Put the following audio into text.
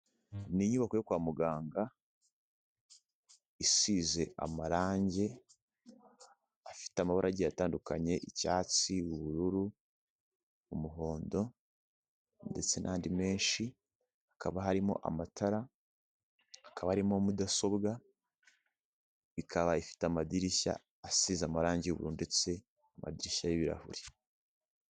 Ni inyubako yo kwa muganga isize amarangi afite amabara agiye atandukanye; icyatsi, ubururu, umuhondo, ndetse n'andi menshi hakaba harimo amatara, hakaba arimo mudasobwa, ikaba ifite amadirishya asize amarangi y'ubururu ndetse n'amadirishya y'ibirahure.